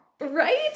right